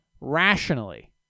rationally